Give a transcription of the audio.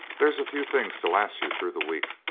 there's a few things to last you through the week,